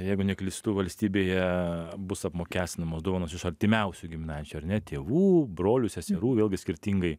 jeigu neklystu valstybėje bus apmokestinamos dovanos iš artimiausių giminaičių ar ne tėvų brolių seserų vėlgi skirtingai